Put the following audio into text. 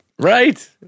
Right